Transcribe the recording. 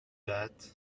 that